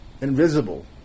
invisible